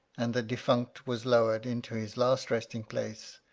and the defunct was lowered into his last resting-place,